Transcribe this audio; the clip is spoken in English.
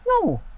No